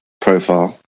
profile